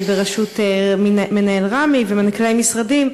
בראשות מנהל רמ"י ומנכ"לי משרדים,